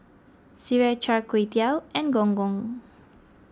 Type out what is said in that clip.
Sireh Char Kway Teow and Gong Gong